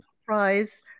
Surprise